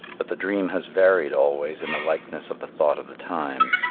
but the dream has varied always in the likeness of the thought of the time.